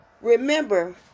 Remember